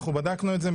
אנחנו בדקנו את זה,